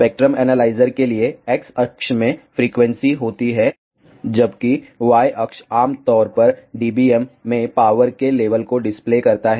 spectrum analyser के लिए X अक्ष में फ्रीक्वेंसी होती है जबकि Y अक्ष आमतौर पर dBm में पावर के लेवल को डिस्प्ले करता है